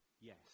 yes